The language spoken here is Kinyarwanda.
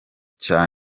cya